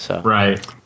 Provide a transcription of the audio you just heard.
Right